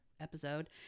episode